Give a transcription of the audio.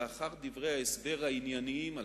לאחר דברי ההסבר הענייניים הללו,